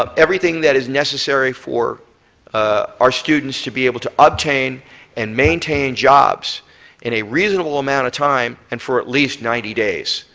um everything that is necessary for our students to be able to obtain and maintain jobs in a reasonable amount of time and for at least ninety days.